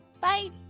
Bye